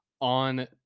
on